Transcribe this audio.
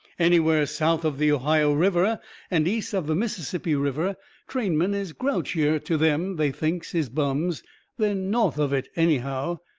anywheres south of the ohio river and east of the mississippi river trainmen is grouchier to them they thinks is bums than north of it, anyhow.